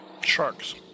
Sharks